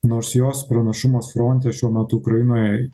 nors jos pranašumas fronte šiuo metu ukrainoje